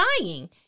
lying